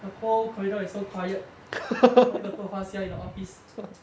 the whole corridor is so quiet only got two of us here in the office